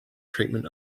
treatment